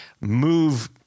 move